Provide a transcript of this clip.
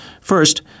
First